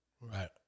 Right